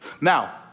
now